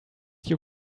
you